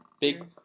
Big